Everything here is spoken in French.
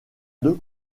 deux